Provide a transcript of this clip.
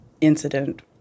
incident